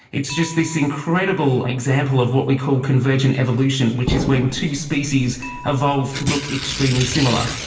it's just this incredible example of what we call convergent evolution, which is when two species evolved to look extremely similar,